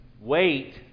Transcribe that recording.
Wait